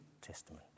Testament